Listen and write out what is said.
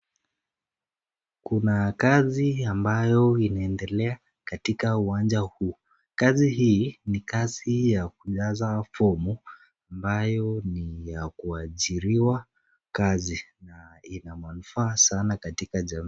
Kuna kazi ambayo inaendelea katika uwanja huu. Kazi hii ni kazi ya kujaza fomu ambayo ni ya kuajiriwa kazi na ina manufaa sana katika jamii.